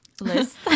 list